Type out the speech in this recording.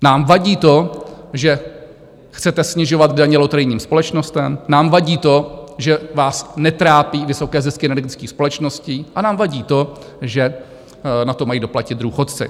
Nám vadí to, že chcete snižovat daně loterijním společnostem, nám vadí to, že vás netrápí vysoké zisky energických společností, a nám vadí to, že na to mají doplatit důchodci.